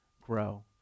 grow